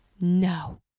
No